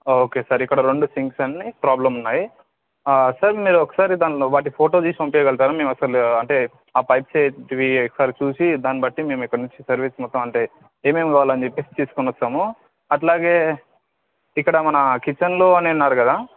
okay sir ఇక్కడ రెండు sinks అండి ప్రాబ్లం ఉన్నాయి సార్ మీరు ఒకసారి దాని వాటి ఫోటో తీసి పంపీయగలుగుతారా మేమసలు అంటే ఆ పైప్స్ ఏంటివి ఒకసారి చూసి దాని బట్టి మేం ఇక్కడినుంచి సర్వీస్ మొత్తం అంటే ఏమేమేం కావాలనిచెప్పి తీసుకోనొస్తాము అట్లాగే ఇక్కడ మన కిచన్లోనే అన్నారు కదా